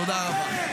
תודה רבה.